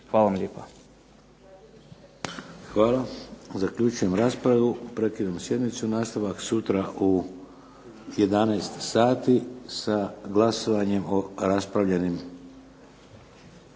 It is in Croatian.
Vladimir (HDZ)** Hvala. Zaključujem raspravu. Prekidam sjednicu. Nastavak sutra u 11 sati sa glasovanjem o raspravljenim